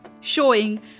showing